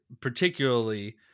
particularly